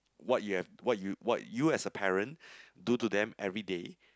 what you have what you what you as a parent do to them everyday